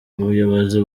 ubuyobozi